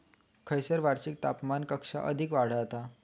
खैयसर वार्षिक तापमान कक्षा अधिक आढळता?